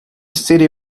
city